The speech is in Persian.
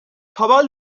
تابحال